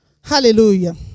Hallelujah